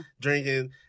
drinking